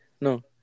No